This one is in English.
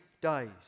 days